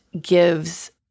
gives